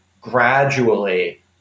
gradually